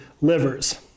livers